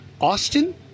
Austin